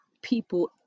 people